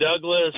Douglas